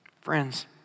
Friends